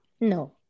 No